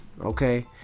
Okay